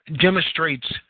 demonstrates